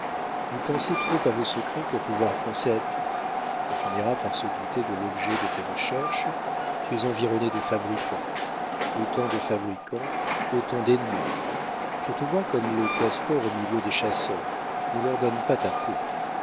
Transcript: vous pensez trop à vos secrets pour pouvoir penser à tout on finira par se douter de l'objet de tes recherches tu es environné de fabricants autant de fabricants autant d'ennemis je te vois comme le castor au milieu des chasseurs ne leur donne pas ta peau